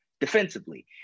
defensively